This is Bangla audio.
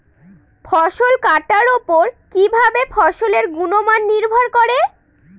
ফসল কাটার উপর কিভাবে ফসলের গুণমান নির্ভর করে?